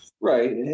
Right